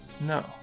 No